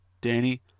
Danny